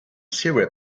syrup